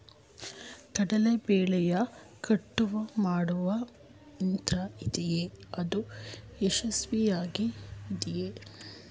ಕಡಲೆ ಬೆಳೆಯ ಕಟಾವು ಮಾಡುವ ಯಂತ್ರ ಇದೆಯೇ? ಅದು ಯಶಸ್ವಿಯಾಗಿದೆಯೇ?